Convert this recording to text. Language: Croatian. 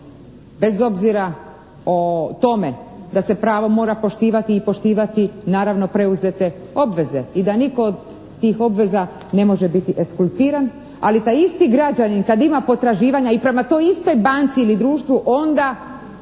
bez obzira o tome da se pravo mora poštivati i poštivati naravno preuzete obveze i da nitko od tih obveza ne može biti eskulpiran ali taj isti građanin kad ima potraživanja i prema toj istoj banci ili društvu onda